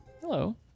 Hello